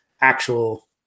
actual